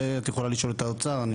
זה את יכולה לשאול את האוצר.